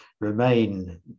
remain